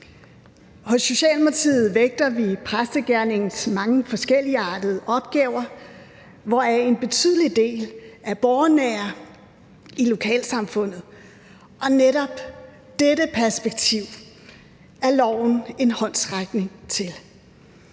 Hos Socialdemokratiet vægter vi præstegerningens mange forskelligartede opgaver, hvoraf en betydelig del er borgernære i lokalsamfundet, og netop dette perspektiv er lovforslaget en håndsrækning i